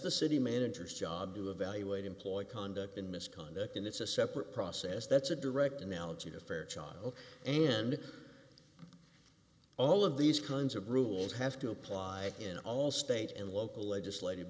the city managers job to evaluate employee conduct in misconduct and it's a separate process that's a direct analogy to a fair shot and all of these kinds of rules have to apply in all state and local legislat